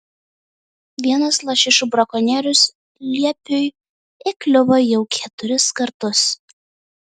vienas lašišų brakonierius liepiui įkliuvo jau keturis kartus